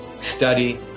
study